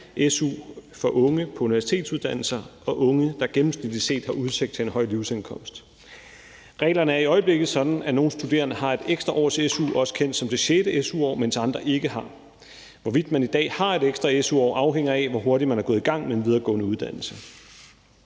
su for unge på universitetsuddannelser og unge, der gennemsnitligt set har udsigt til en høj livsindkomst. Reglerne er i øjeblikket sådan, at nogle studerende har et ekstra års su, også kendt som det sjette su-år, mens andre ikke har. Hvorvidt man i dag har et ekstra su-år, afhænger af, hvor hurtigt man er gået i gang med en videregående uddannelse.